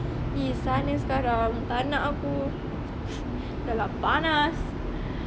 !ee! sana sekarang tak nak aku dah lah panas